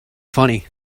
funny